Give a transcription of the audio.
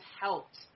helped